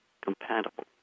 compatible